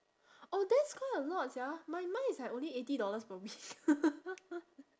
oh that's quite a lot sia my mine is like only eighty dollars per week